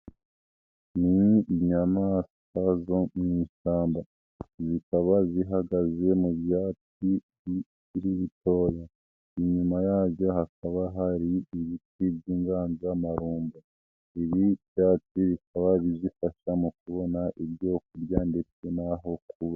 Ni inyamaswa zo mu ishyamba zikaba zihagaze mu byatsi bikiri bitoya, inyuma yabyo hakaba hari ibiti by'inganzamarumbo, ibi byatsi bikaba bizifasha mu kubona ibyo kurya ndetse n'aho kuba.